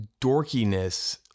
dorkiness